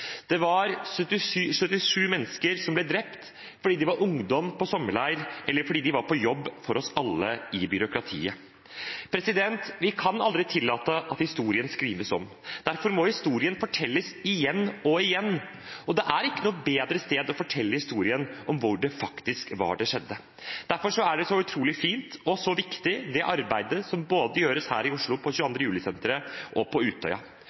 Det var 77 mennesker som ble drept fordi de var ungdommer på sommerleir, eller fordi de var på jobb for oss alle, i byråkratiet. Vi kan aldri tillate at historien skrives om. Derfor må historien fortelles igjen og igjen, og det er ikke noe bedre sted å fortelle historien enn hvor det faktisk skjedde. Derfor er det arbeidet som gjøres, både på 22. juli-senteret her i Oslo og på Utøya, så utrolig fint og så viktig. På Utøya endret man planene og tok vare på